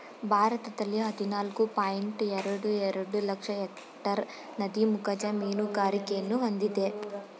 ಭಾರತದಲ್ಲಿ ಹದಿನಾಲ್ಕು ಪಾಯಿಂಟ್ ಎರಡು ಎರಡು ಲಕ್ಷ ಎಕ್ಟೇರ್ ನದಿ ಮುಖಜ ಮೀನುಗಾರಿಕೆಯನ್ನು ಹೊಂದಿದೆ